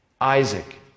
Isaac